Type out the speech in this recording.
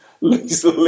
Lisa